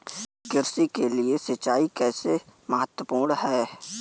कृषि के लिए सिंचाई कैसे महत्वपूर्ण है?